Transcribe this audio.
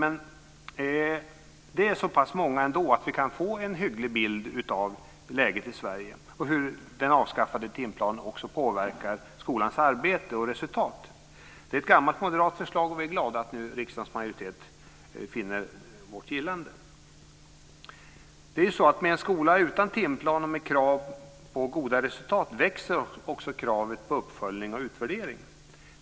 Men det är ändå så pass många att vi kan få en hygglig bild av läget i Sverige och hur den avskaffade timplanen också påverkar skolans arbete och resultat. Det är ett gammalt moderat förslag, och vi är glada att nu riksdagens majoritet finner vårt gillande. Med en skola utan timplan och krav på goda resultat växer också kravet på uppföljning och utvärdering.